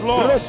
Lord